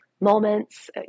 moments